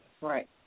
Right